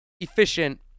efficient